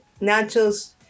nachos